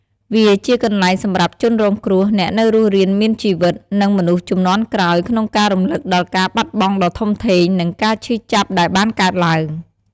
វាជាកន្លែងសម្រាប់ជនរងគ្រោះ អ្នកនៅរស់រានមានជីវិត និងមនុស្សជំនាន់ក្រោយក្នុងការរំលឹកដល់ការបាត់បង់ដ៏ធំធេង និងការឈឺចាប់ដែលបានកើតឡើង។